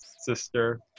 sister